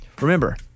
Remember